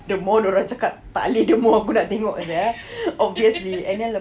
the more dorang cakap tak boleh the more aku tengok sia obviously and then